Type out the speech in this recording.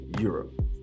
Europe